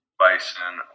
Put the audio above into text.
bison